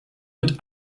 mit